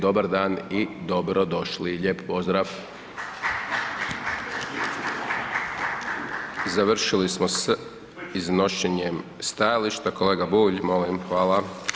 Dobar dan i dobro došli, lijep pozdrava. Završili smo s iznošenjem stajališta, kolega Bulj molim hvala.